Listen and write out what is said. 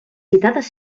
citades